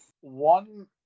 One